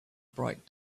bright